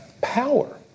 power